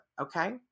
Okay